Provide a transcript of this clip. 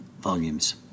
volumes